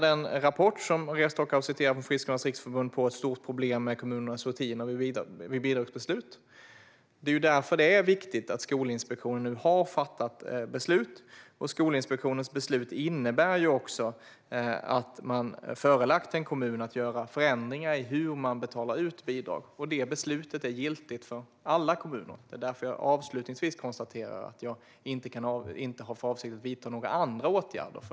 Den rapport från Friskolornas riksförbund som Maria Stockhaus citerar pekar på ett stort problem med kommunernas rutiner vid bidragsbeslut. Det är just därför som det är viktigt att Skolinspektionen nu har fattat ett beslut. Skolinspektionens beslut innebär att man har förelagt en kommun att göra förändringar i hur kommunen betalar ut bidrag. Detta beslut är giltigt för alla kommuner. Det är därför jag avslutningsvis konstaterar att jag inte har för avsikt att vidta några andra åtgärder.